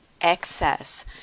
excess